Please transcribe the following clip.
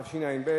התשע"ב,